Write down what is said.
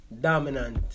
dominant